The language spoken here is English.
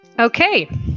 Okay